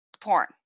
porn